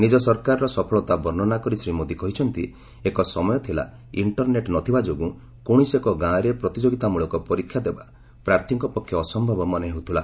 ନିଜ ସରକାରର ସଫଳତା ବର୍ଷ୍ଣନା କରି ଶ୍ରୀ ମୋଦି କହିଛନ୍ତି ଏକ ସମୟ ଥିଲା ଇଷ୍ଟରନେଟ୍ ବିନା କୌଣସି ଏକ ଗାଁରେ ପ୍ରତିଯୋଗିତାମଳକ ପରୀକ୍ଷା ଦେବା ପ୍ରାର୍ଥୀଙ୍କ ପକ୍ଷେ ଅସମ୍ଭବ ମନେହେଉଥିଲା